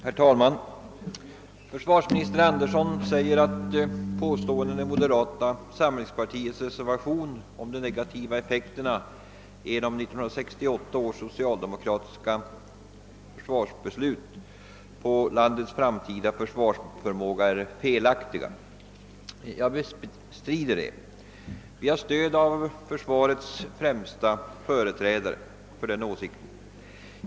Herr talman! Försvarsminister Andersson säger att påståendena i moderata samlingspartiets motion om de negativa effekterna av 1968 års socialdemokratiska försvarsbeslut på landets framtida försvarsförmåga är felaktiga. Jag bestrider detta. Vi har stöd för vår åsikt av landets främsta företrädare på försvarsområdet.